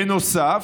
בנוסף,